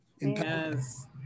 Yes